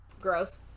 Gross